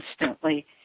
instantly